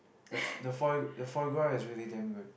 the f~ the foie the foie-gras is really damn good